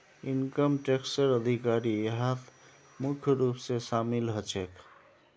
income टैक्सेर अधिकारी यहात मुख्य रूप स शामिल ह छेक